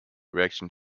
reaction